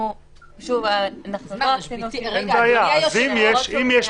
שוב, אז אם יש